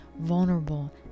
vulnerable